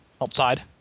outside